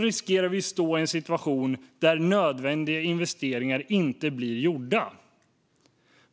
riskerar vi att hamna i en situation där nödvändiga investeringar inte blir gjorda.